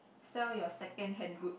sell your second hand goods